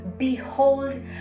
behold